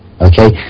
Okay